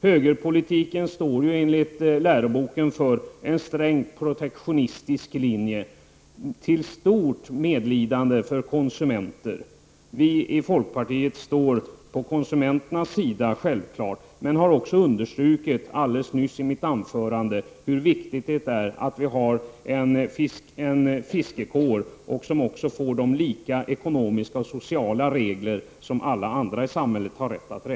Högerpolitiken står ju enligt läroboken för en strängt protektionistisk linje, till stort men för konsumenter. Vi i folkpartiet står självfallet på konsumenternas sida, men har också understrukit — det gjorde jag i mitt anförande — hur viktigt det är att vi har en fiskarkår som också får de ekonomiska och sociala förmåner som alla andra i samhället har rätt till.